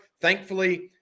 Thankfully